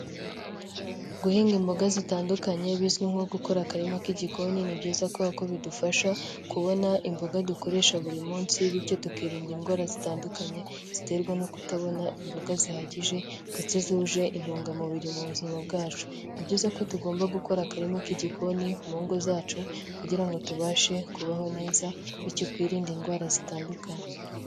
Guhinga imboga zitandukanye bizwi nko gukora akarima k'igikoni ni byiza kuko bidufasha kubona imboga dukoresha buri munsi bityo tukirinda indwara zitandukanye ziterwa no kutabona imboga zihagije ndetse zuje intungamubiri mu buzima bwacu. Ni byiza ko tugomba gukora akarima k'igikoni mu ngo zacu kugira ngo tubashe kubaho neza bityo twirinde indwara zitandukanye.